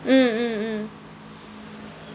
mm mm mm